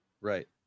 Right